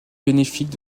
bénéfique